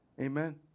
Amen